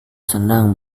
senang